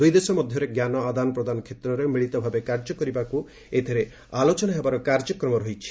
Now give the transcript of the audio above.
ଦୁଇ ଦେଶ ମଧ୍ୟରେ ଜ୍ଞାନ ଆଦାନପ୍ରଦାନ କ୍ଷେତ୍ରରେ ମିଳିତ ଭାବେ କାର୍ଯ୍ୟ କରିବାକୁ ଏଥିରେ ଆଲୋଚନା ହେବାର କାର୍ଯ୍ୟକ୍ରମ ରହିଛି